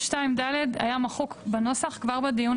2(ד) היה מחוק בנוסח כבר בדיון הקודם.